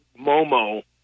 Momo